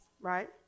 right